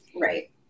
Right